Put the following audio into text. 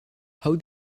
how